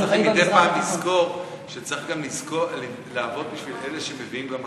צריך מדי פעם לזכור שצריך גם לעבוד בשביל אלה שמביאים גם הכנסות,